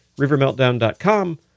rivermeltdown.com